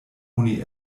oni